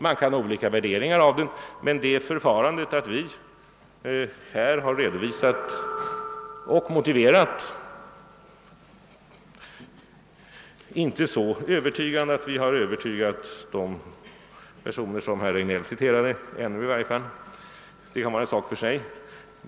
Man kan ha olika värderingar av den — vi har, åtminstone inte ännu, övertygat de personer som herr Regnéll citerade.